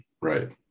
right